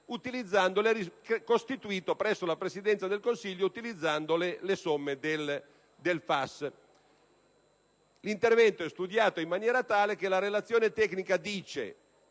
costituito presso la Presidenza del Consiglio, utilizzando le somme del FAS. L'intervento è studiato in maniera che, come è scritto nella relazione tecnica,